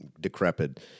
decrepit